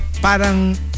parang